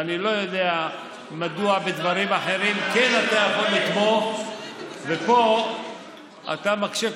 ואני לא יודע מדוע בדברים אחרים אתה כן יכול לתמוך ופה אתה מקשה קושיות.